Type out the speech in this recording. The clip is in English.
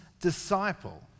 disciple